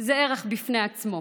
היא ערך בפני עצמו.